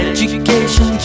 Education